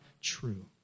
true